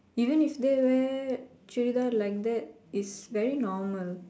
even if they wear churidar like that it's very normal